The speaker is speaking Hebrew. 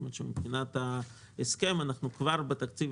כלומר שמבחינת ההסכם אנחנו כבר בתקציב